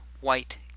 white